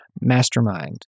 mastermind